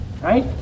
right